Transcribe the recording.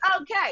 okay